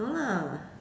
no lah